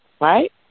right